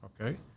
okay